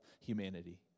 humanity